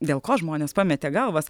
dėl ko žmonės pametė galvas